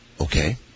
Okay